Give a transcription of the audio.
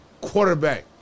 quarterback